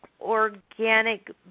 organic